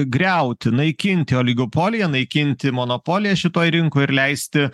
griauti naikinti oligopoliją naikinti monopoliją šitoj rinkoj ir leisti